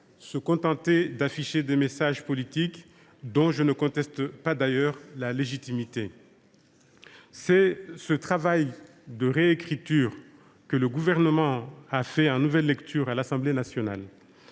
se contentait d’afficher des messages politiques, dont je ne conteste d’ailleurs pas la légitimité. C’est ce travail de réécriture que le Gouvernement a fait en nouvelle lecture à l’Assemblée nationale.